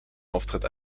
auftritt